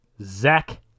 Zach